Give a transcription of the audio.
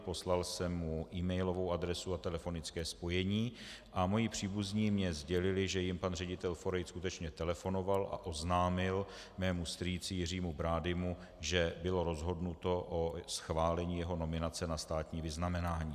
Poslal jsem mu emailovou adresu a telefonické spojení, a moji příbuzní mi sdělili, že jim pan ředitel Forejt skutečně telefonoval a oznámil mému strýci Jiřímu Bradymu, že bylo rozhodnuto o schválení jeho nominace na státní vyznamenání.